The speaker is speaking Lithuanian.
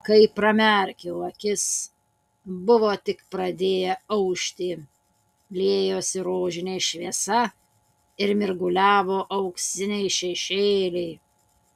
kai pramerkiau akis buvo tik pradėję aušti liejosi rožinė šviesa ir mirguliavo auksiniai šešėliai